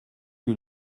que